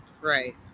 Right